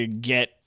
get